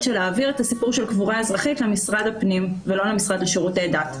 להעביר את הקבורה האזרחית למשרד הפנים ולא למשרד לשירותי דת.